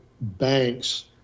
banks